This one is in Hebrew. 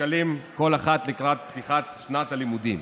שקלים כל אחת לקראת פתיחת שנת הלימודים.